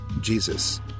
Jesus